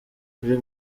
kuri